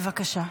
בבקשה.